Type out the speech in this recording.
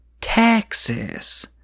Texas